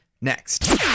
next